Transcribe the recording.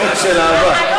חץ של אהבה.